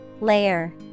Layer